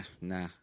nah